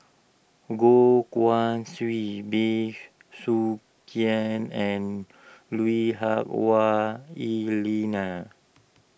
Goh Guan Siew Bey Soo Khiang and Lui Hah Wah Elena